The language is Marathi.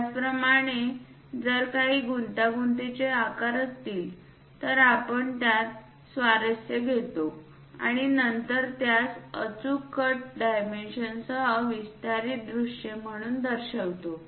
त्याचप्रमाणे जर काही गुंतागुंतीचे आकार असतील तर आपण त्यात स्वारस्य घेतो आणि नंतर त्यास अचूक कट डायमेन्शन्ससह विस्तारित दृश्ये म्हणून दर्शवितो